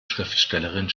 schriftstellerin